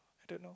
don't know